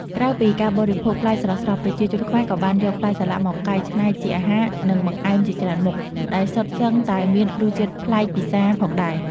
ក្រៅពីការបរិភោគផ្លែស្រស់ៗ ប្រជាជនខ្មែរក៏បានយកផ្លែសាឡាក់មកកែច្នៃជាអាហារ និងបង្អែមជាច្រើនមុខ ដែលសុទ្ធសឹងតែមានរសជាតិប្លែកពិសាផងដែរ។